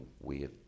weird